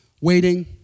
waiting